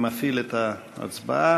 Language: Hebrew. אני מפעיל את ההצבעה.